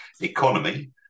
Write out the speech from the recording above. economy